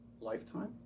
lifetime